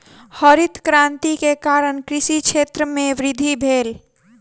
हरित क्रांति के कारण कृषि क्षेत्र में वृद्धि भेल